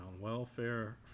Welfare